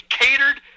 catered